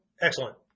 Excellent